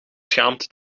schaamte